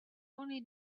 only